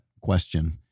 question